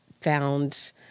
found